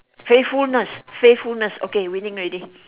faithfulness faithfulness okay winning already